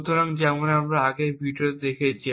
সুতরাং যেমন আমরা আগের ভিডিওতে দেখেছি